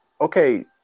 okay